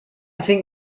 think